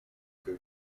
как